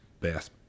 best